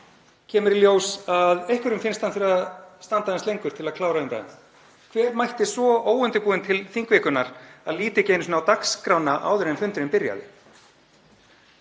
kemur í ljós að einhverjum finnst hann eiga standa aðeins lengur til að klára umræðuna? Hver mætti svo óundirbúinn til þingvikunnar að líta ekki einu sinni á dagskrána áður en fundurinn byrjaði?